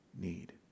need